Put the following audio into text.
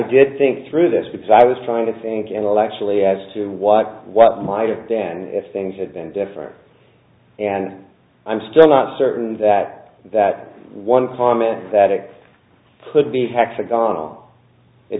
did think through this because i was trying to think intellectually as to what what might have been if things had been different and i'm still not certain that that one comment that it could be